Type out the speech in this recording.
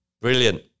Brilliant